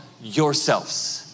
yourselves